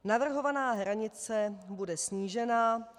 Navrhovaná hranice bude snížena.